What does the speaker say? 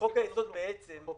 בחוק היסוד --- החוק